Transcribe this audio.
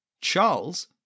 Charles